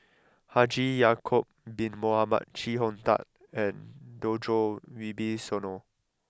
Haji Ya'Acob bin Mohamed Chee Hong Tat and Djoko Wibisono